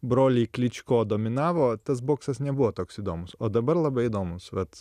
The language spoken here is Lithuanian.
broliai kličko dominavo tas boksas nebuvo toks įdomus o dabar labai įdomus vat